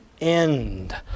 end